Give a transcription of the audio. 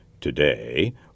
Today